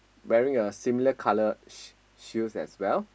wearing a similar coloured sh~ shoes as well